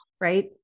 Right